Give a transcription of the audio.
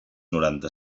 noranta